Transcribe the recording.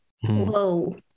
Whoa